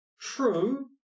true